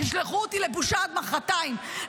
תשלחו אותי לבושה עד מוחרתיים,